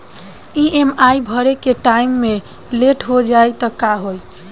EMI भरे के time मे लेट हो जायी त का होई?